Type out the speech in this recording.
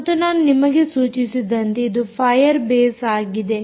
ಮತ್ತು ನಾನು ನಿಮಗೆ ಸೂಚಿಸಿದಂತೆ ಇದು ಫಾಯರ್ ಬೇಸ್ ಆಗಿದೆ